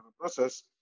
process